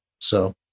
So-